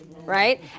Right